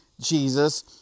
Jesus